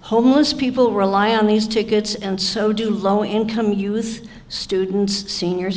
homeless people rely on these tickets and so do low income youth students seniors